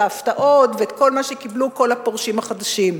ההפתעות ואת כל מה שקיבלו כל הפורשים החדשים.